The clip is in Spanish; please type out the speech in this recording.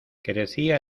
crecía